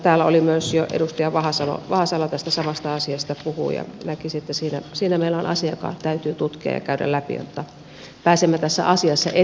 täällä myös jo edustaja vahasalo tästä samasta asiasta puhui ja näkisin että siinä meillä on asia joka täytyy tutkia ja käydä läpi jotta pääsemme tässä asiassa eteenpäin